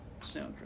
soundtrack